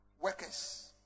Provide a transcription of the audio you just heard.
workers